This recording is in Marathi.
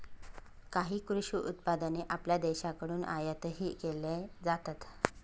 काही कृषी उत्पादने आपल्या देशाकडून आयातही केली जातात